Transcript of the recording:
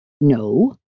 No